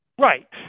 Right